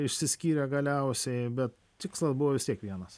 išsiskyrė galiausiai bet tikslas buvo vis tiek vienas